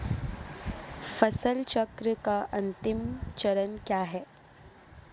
फसल चक्र का अंतिम चरण क्या है?